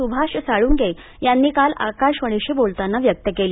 सुभाष साळूंखे यांनी काल आकाशवाणीशी बोलताना व्यक्त केली